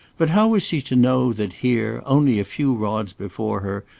but how was she to know that here, only a few rods before her,